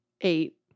Eight